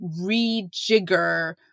rejigger